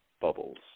bubbles